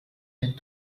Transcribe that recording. and